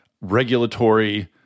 regulatory